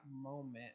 moment